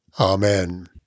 Amen